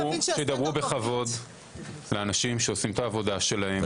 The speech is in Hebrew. אני מבקש שידברו בכבוד לאנשים שעושים את העבודה שלהם.